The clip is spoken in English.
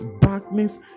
darkness